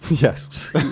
Yes